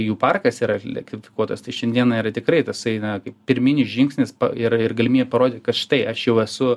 jų parkas yra elektrifikuotas tai šiandieną yra tikrai tasai kaip pirminis žingsnis ir ir galimybė parodyt kad štai aš jau esu